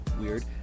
weird